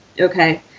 Okay